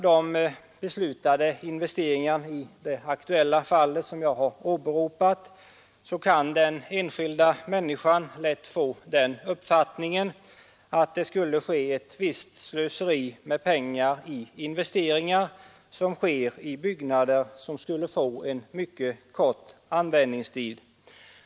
När det gäller investeringarna i det aktuella fall som jag har åberopat kan den enskilda människan lätt få den uppfattningen att det skulle ske ett visst slöseri med pengar i form av investeringar i byggnader, vilka skulle få en mycket kort användningstid.